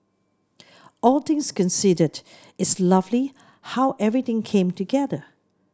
all things considered it's lovely how everything came together